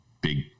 big